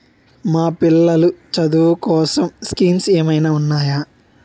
మా పిల్లలు చదువు కోసం స్కీమ్స్ ఏమైనా ఉన్నాయా?